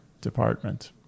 department